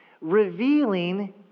revealing